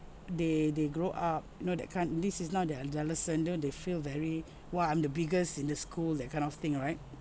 they they grow up you know that kind this is not their adolescent you know they feel very !wah! I'm the biggest in the school that kind of thing right